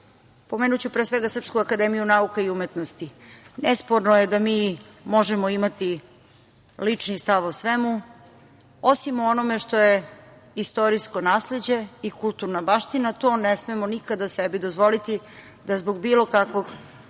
pomenuću pre svega SANU. Nesporno je da mi možemo imati lični stav o svemu, osim o onome što je istorijsko nasleđe i kulturna baština, to ne smemo nikada sebi dozvoliti da zbog bilo kakvog